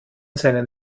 seinen